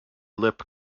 lip